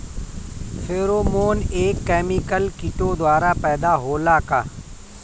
Pheromone एक chemical किटो द्वारा पैदा होला का?